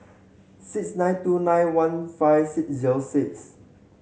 six nine two nine one five six zero six